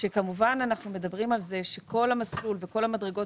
שכמובן אנחנו מדברים על זה שכל המסלול וכל המדרגות